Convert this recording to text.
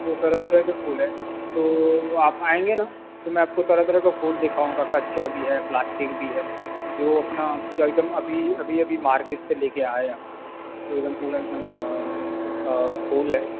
तो तरह तरह के फूल हैं तो आप आएँगे ना तो मैं आपको तरह तरह के फूल दिखाऊँगा कच्चा भी है प्लास्टिक भी है जो अपना पूरा एक दम अभी अभी अभी मार्केट से ले कर आया हूँ तो एक दम पूरा एक दम फूल है